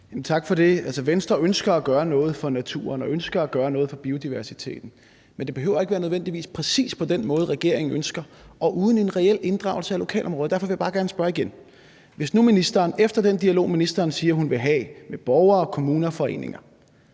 Tak for det. Venstre ønsker at gøre noget for naturen og ønsker at gøre noget for biodiversiteten, men det behøver ikke nødvendigvis at være præcis på den måde, regeringen ønsker det, og uden en reel inddragelse af lokalområdet. Derfor vil jeg bare gerne spørge igen: Hvis nu ministeren efter den dialog, ministeren siger hun vil have med borgere og kommuner og foreninger,